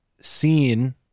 seen